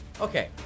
Okay